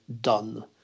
done